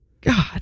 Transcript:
God